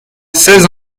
seize